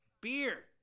Beer